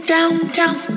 Downtown